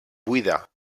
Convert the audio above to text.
buida